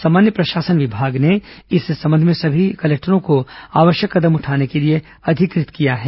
सामान्य प्रशासन विभाग ने इस संबंध में सभी कलेक्टरों को आवश्यक कदम उठाने के लिए अधिकृत किया है